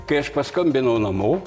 kai aš paskambinau namo